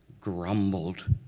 grumbled